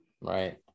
right